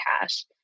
cash